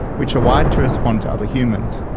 which are wired to respond to other humans.